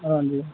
आं जी